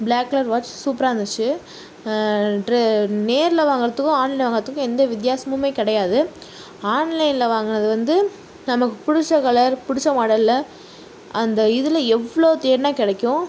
black colour watch சூப்பராக இருந்துச்சு நேரில் வாங்கறதுக்கும் ஆன்லைனில் வாங்கறதுக்கும் எந்த வித்தியாசமுமே கிடையாது ஆன்லைனில் வாங்கினது வந்து நமக்கு பிடிச்ச கலர் பிடிச்ச மாடலில் அந்த இதில் எவ்வளோ தேடினா கிடைக்கும்